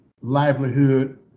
livelihood